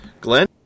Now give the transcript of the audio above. glenn